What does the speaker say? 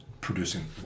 producing